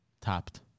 tapped